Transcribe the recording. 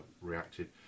reacted